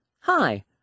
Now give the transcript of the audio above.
Hi